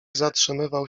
zatrzymywał